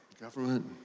government